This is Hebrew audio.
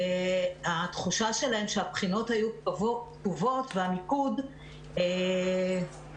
התחושה שלהם שהבחינות היו כתובות והמיקוד נלקח